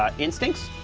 ah instincts,